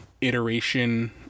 iteration